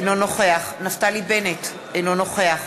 אינו נוכח נפתלי בנט, אינו נוכח